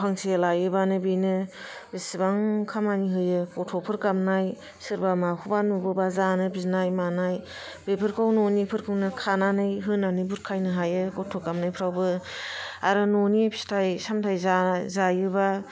फांसे लायोबानो बेनो बेसेबां खामानि होयो गथ'फोर गाबनाय सोरबा माखौबा नुबोबा जानो बिनाय मानाय बेफाेरखाै न'नि फोरखौनो खानानै होनानै बुरखायनो हायो गथ' गाबनायफ्रावबो आरो न'नि फिथाइ सामथाइ जायोबा